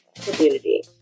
community